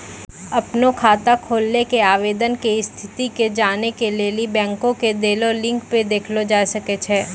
अपनो खाता खोलै के आवेदन के स्थिति के जानै के लेली बैंको के देलो लिंक पे देखलो जाय सकै छै